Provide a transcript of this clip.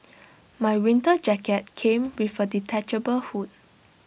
my winter jacket came with A detachable hood